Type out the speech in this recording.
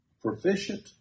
proficient